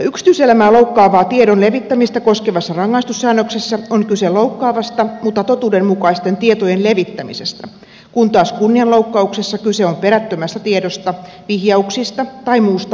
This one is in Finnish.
yksityiselämää loukkaavaa tiedon levittämistä koskevassa rangaistussäännöksessä on kyse loukkaavasta mutta totuuden mukaisten tietojen levittämisestä kun taas kunnianloukkauksessa kyse on perättömästä tiedosta vihjauksista tai muusta halventamisesta